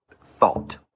thought